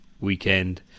weekend